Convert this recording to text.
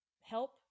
help